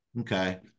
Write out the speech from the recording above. Okay